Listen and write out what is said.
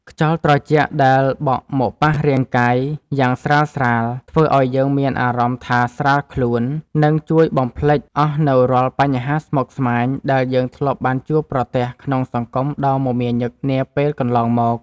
ខ្យល់ត្រជាក់ដែលបក់មកប៉ះរាងកាយយ៉ាងស្រាលៗធ្វើឱ្យយើងមានអារម្មណ៍ថាស្រាលខ្លួន និង ជួយបំភ្លេចអស់នូវរាល់បញ្ហាស្មុគស្មាញដែលយើងធ្លាប់បានជួបប្រទះក្នុងសង្គមដ៏មមាញឹកនាពេលកន្លងមក។